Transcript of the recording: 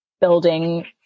building